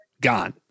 gone